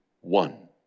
one